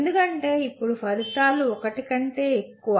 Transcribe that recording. ఎందుకంటే ఇప్పుడు ఫలితాలు ఒకటి కంటే ఎక్కువ